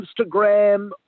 Instagram